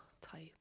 type